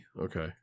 Okay